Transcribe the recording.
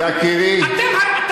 יקירי, אתם, .